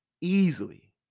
Easily